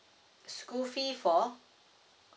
school fee for